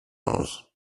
aus